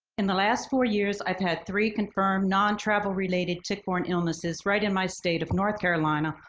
in the last four years i've had three confirmed non-travel related tick-borne illnesses right in my state of north carolina,